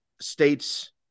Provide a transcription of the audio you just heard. states